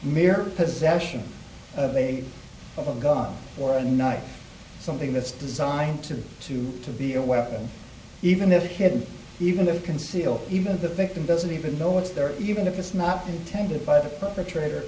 mere possession of a of a gun or a knife something that's designed to to to be a weapon even if it hadn't even that conceal even if the victim doesn't even know it's there even if it's not intended by the perpetrator